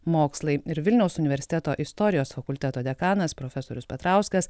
mokslai ir vilniaus universiteto istorijos fakulteto dekanas profesorius petrauskas